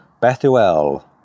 Bethuel